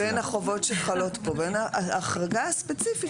בין החובות שחלות פה וההחרגה הספציפית